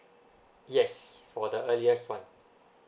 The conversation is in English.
yes for the earliest one